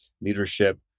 leadership